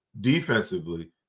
defensively